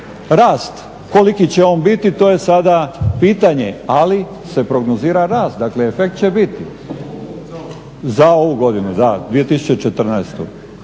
rast. Koliki će on biti to je sada pitanje, ali se prognozira rast. Dakle, efekt će biti za ovu godinu da, 2014.